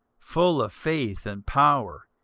full of faith and power,